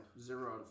Zero